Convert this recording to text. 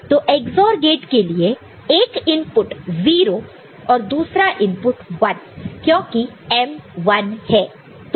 तो XOR gate के लिए एक इनपुट 0 और दूसरा इनपुट 1 क्योंकि M 1 है